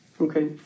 Okay